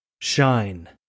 shine